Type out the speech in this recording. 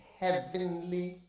heavenly